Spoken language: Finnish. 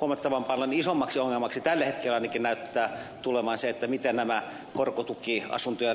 huomattavan paljon isommaksi ongelmaksi tällä hetkellä ainakin näyttää tulevan se miten nämä lähinnä korkotukiasuntoja